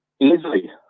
easily